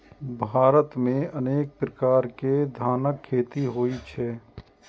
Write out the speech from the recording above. भारत मे अनेक प्रकार के धानक खेती होइ छै